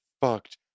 fucked